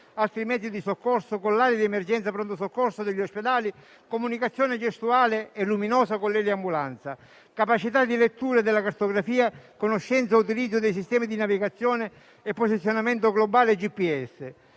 altri mezzi di soccorso e con le aree di emergenza e pronto soccorso degli ospedali; comunicazione gestuale e luminosa con l'eliambulanza; capacità di lettura della cartografia; conoscenza e utilizzo dei sistemi di navigazione e posizionamento globale GPS;